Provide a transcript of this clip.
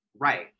right